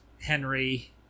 Henry